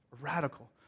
Radical